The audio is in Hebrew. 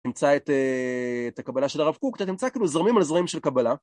נמצא את הקבלה של הרב קוק אתה נמצא כאילו זרמים על זרים של קבלה